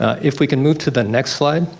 ah if we can move to the next slide.